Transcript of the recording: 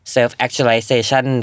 Self-actualization